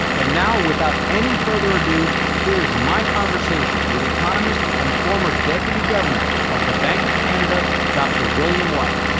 and now, without any further ado, here is my conversation with economist and former deputy governor of the bank of canada, dr. william white.